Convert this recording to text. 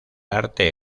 arte